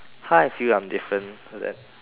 how I feel I'm different from that